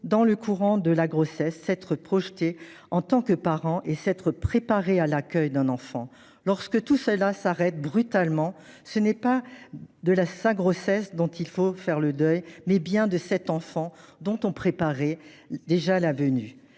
très tôt dans la grossesse, s'être projeté en tant que parent et s'être préparé à l'accueil d'un enfant. Lorsque tout s'arrête brutalement, c'est non pas de la grossesse qu'il faut faire le deuil, mais bien de cet enfant dont on préparait déjà la venue.